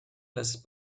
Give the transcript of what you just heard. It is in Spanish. las